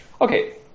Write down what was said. Okay